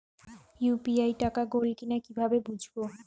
UPI টাকা গোল কিনা কিভাবে বুঝব?